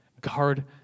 guard